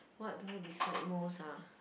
what do I dislike most ah